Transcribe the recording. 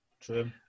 True